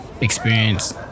experience